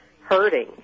hurting